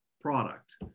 product